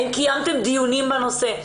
האם קיימתם דיונים בנושא?